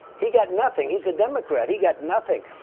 he got nothing. he's a democrat, he got nothing.